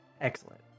Excellent